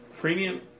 premium